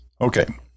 Okay